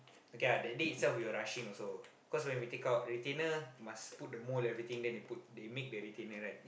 okay ah that day itself we were rushing also cause when we take out retainer must put the mold everything then they put they make the retainer right